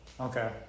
Okay